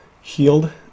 healed